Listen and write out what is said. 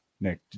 Nick